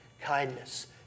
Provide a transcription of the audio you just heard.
kindness